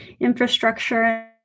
infrastructure